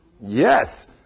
Yes